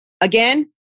Again